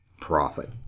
profit